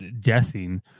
guessing